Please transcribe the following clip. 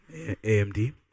AMD